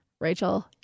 Rachel